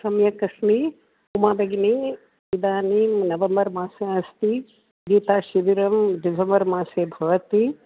सम्यक् अस्मि उमा भगिनि इदानीं नवम्बर् मासः अस्ति गीताशिबिरं डिसेम्बर् मासे भवति